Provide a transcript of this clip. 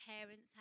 parents